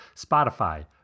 Spotify